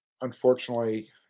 Unfortunately